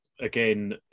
again